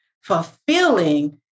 fulfilling